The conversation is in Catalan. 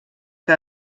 que